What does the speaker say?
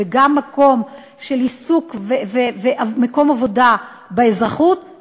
וגם מקום של עיסוק ומקום עבודה באזרחות,